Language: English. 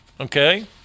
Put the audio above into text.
okay